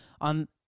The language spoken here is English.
on